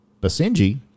Basenji